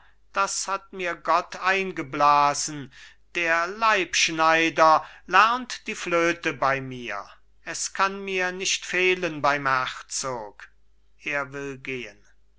leibschneider das hat mir gott eingeblasen der leibschneider lernt die flöte bei mir es kann mir nicht fehlen beim herzog